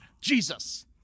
Jesus